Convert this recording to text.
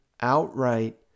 outright